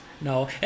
No